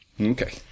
Okay